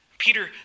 Peter